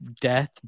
death